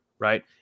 right